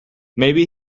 maybe